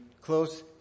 close